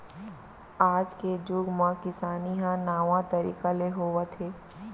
आज के जुग म किसानी ह नावा तरीका ले होवत हे